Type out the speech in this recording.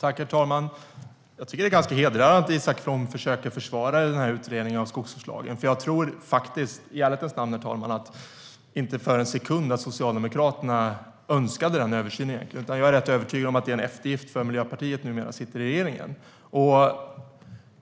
Herr talman! Det är ganska hedrande att Isak From försöker försvara utredningen av skogsvårdslagen. Jag tror i ärlighetens namn inte för en sekund att Socialdemokraterna egentligen önskade den översynen. Jag är rätt övertygad om att det är en eftergift för att Miljöpartiet numera sitter i regeringen.